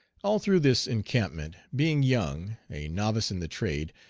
all through this encampment being young a novice in the trade,